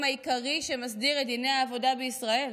העיקרי שמסדיר את דיני העבודה בישראל.